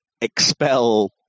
expel